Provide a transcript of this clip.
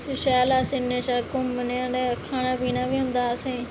ओह् शैल ऐ अस इन्नी जगह घुम्मने औने खाना पीना बी होंदा असें ई